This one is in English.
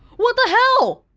what the hell?